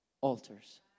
altars